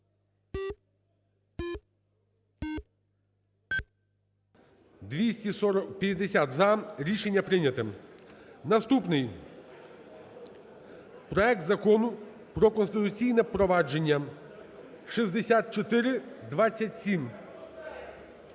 За-250 Рішення прийнято. Наступний: проект Закону про конституційне провадження (6427